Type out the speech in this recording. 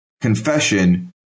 confession